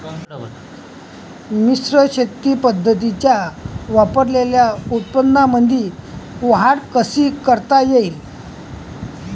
मिश्र शेती पद्धतीच्या वापराने उत्पन्नामंदी वाढ कशी करता येईन?